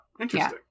Interesting